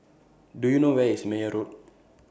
Do YOU know Where IS Meyer Road